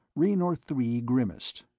raynor three grimaced.